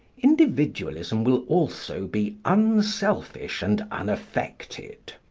individualism will also be unselfish and unaffected.